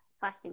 fashion